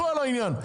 לעניין.